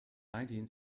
nineteen